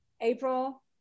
April